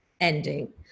ending